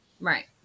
right